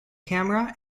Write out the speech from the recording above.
camera